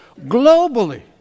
globally